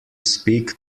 speak